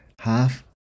half